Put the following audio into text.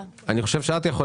יש כאן נציג של משרד האוצר?